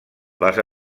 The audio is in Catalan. les